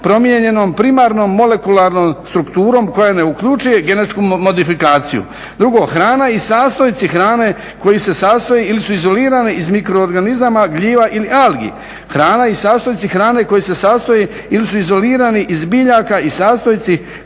promijenjenom primarno molekularnom strukturom koja ne uključuje genetsku modifikaciju. Drugo, hrana i sastojci hrane koji se sastoje ili su izolirani iz mikroorganizama gljiva ili algi. Hrana i sastojci hrane koji se sastoje ili su izolirani iz biljaka i sastojci